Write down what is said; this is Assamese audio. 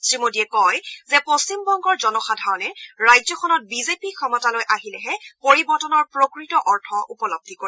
প্ৰধানমন্ত্ৰীয়ে কয় যে পশ্চিমবংগৰ জনসাধাৰণে ৰাজ্যখনত বিজেপি ক্ষমতালৈ আহিলেহে পৰিৱৰ্তনৰ প্ৰকৃত অৰ্থ উপলধি কৰিব